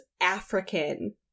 African